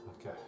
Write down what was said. Okay